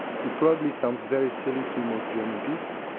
it probably sounds very silly to most german people.